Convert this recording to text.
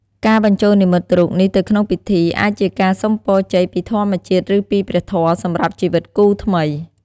ការបញ្ចូលនិមិត្តរូបនេះទៅក្នុងពិធី អាចជាការសុំពរជ័យពីធម្មជាតិ ឬពីព្រះធម៌ សម្រាប់ជីវិតគូថ្មី។